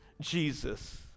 jesus